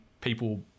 people